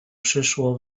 przyszło